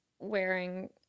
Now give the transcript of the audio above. wearing